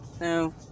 No